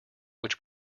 which